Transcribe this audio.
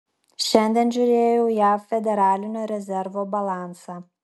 šiandien žiūrėjau jav federalinio rezervo balansą